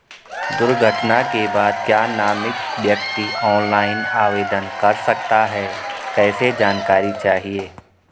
दुर्घटना के बाद क्या नामित व्यक्ति ऑनलाइन आवेदन कर सकता है कैसे जानकारी चाहिए?